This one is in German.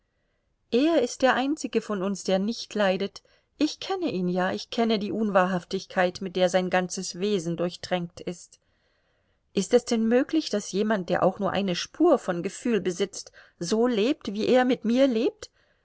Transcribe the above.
er ist der einzige von uns der nicht leidet ich kenne ihn ja ich kenne die unwahrhaftigkeit mit der sein ganzes wesen durchtränkt ist ist es denn möglich daß jemand der auch nur eine spur von gefühl besitzt so lebt wie er mit mir lebt